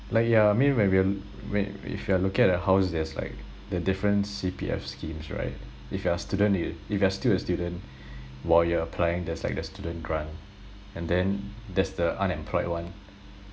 like yeah I mean when we're when if you are looking at a house there's like they have different C_P_F schemes right if you are student you if you are still a student while you're applying there's like the student grant and then there's the unemployed one